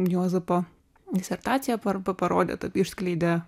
juozapo disertacija par parodė tai išskleidė